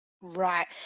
Right